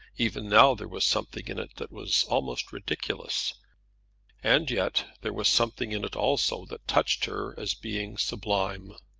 even now there was something in it that was almost ridiculous and yet there was something in it also that touched her as being sublime.